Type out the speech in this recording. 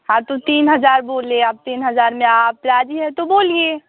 हाँ तो तीन हजार बोले आप तीन हजार में आप राजी है तो बोलिए